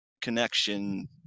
connection